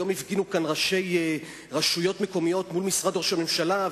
היום הפגינו כאן ראשי רשויות מקומיות מול משרד ראש הממשלה,